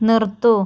നിർത്തൂ